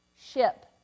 Ship